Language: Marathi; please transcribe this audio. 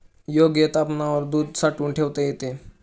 योग्य तापमानावर दूध साठवून ठेवता येते